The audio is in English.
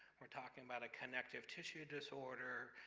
we're talking about a connective tissue disorder.